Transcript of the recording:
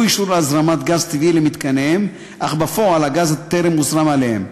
אישור להזרמת גז טבעי למתקניהם אך בפועל הגז טרם הוזרם אליהם.